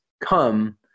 Come